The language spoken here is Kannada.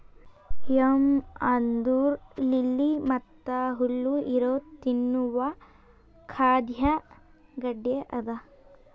ಯಂ ಅಂದುರ್ ಲಿಲ್ಲಿ ಮತ್ತ ಹುಲ್ಲು ಇರೊ ತಿನ್ನುವ ಖಾದ್ಯ ಗಡ್ಡೆ ಅದಾ